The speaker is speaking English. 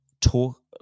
talk